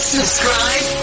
Subscribe